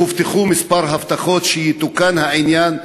הובטחו כמה הבטחות שיתוקן העניין,